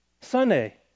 Sunday